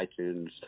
iTunes